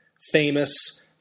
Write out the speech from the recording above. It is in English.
famous